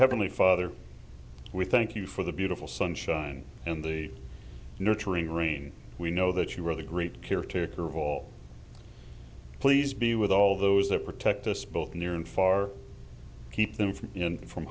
we father we thank you for the beautiful sunshine and the nurturing rain we know that you are the great caretaker of all please be with all those that protect us both near and far keep them from you and from